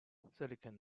silicon